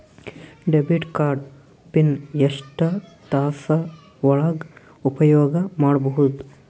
Debit card PIN ಎಷ್ಟ ತಾಸ ಒಳಗ ಉಪಯೋಗ ಮಾಡ್ಬಹುದು?